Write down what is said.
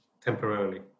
temporarily